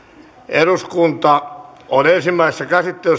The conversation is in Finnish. eduskunta on ensimmäisessä